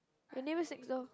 your neighbours next door